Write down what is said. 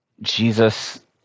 Jesus